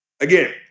Again